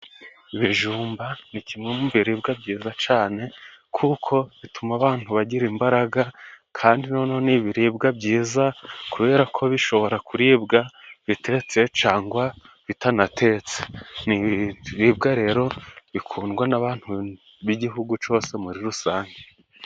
Ibijumba ni kimwe mu biribwa byiza cane kuko bituma abantu bagira imbaraga, kandi noneho ni ibiribwa byiza kubera ko bishobora kuribwa bitetse cangwa bitanatetse. Ni ibiribwa rero bikundwa n'abantu b'igihugu cose muri rusange.